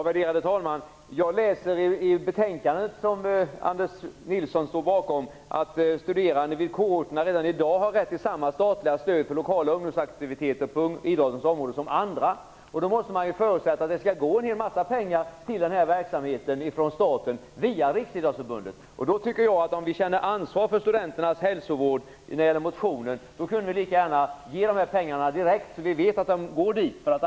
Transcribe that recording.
Värderade talman! Jag har läst i det betänkande som Anders Nilsson står bakom att studerande på kårorterna redan i dag har samma rätt till statligt stöd för lokal och ungdomsaktivitet på idrottsområdet som andra. Då måste man förutsätta att det går en massa pengar till den verksamheten från staten via Riksidrottsförbundet. Om vi känner ansvar för studenternas hälsovård när det gäller motion kunde vi lika gärna ge dessa pengar direkt. Då vet vi att pengarna går dit.